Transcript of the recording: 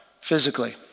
physically